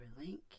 link